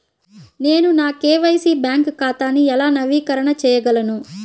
నేను నా KYC bank ఖాతాను ఎలా నవీకరణ చేయగలను?